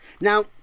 Now